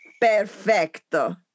Perfecto